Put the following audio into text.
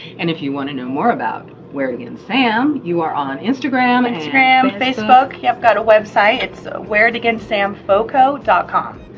and if you want to know more about wear it again, sam, you are on instagram and instagram, facebook, yep, got a website, it's ah wear it again sam foco dot com.